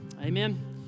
Amen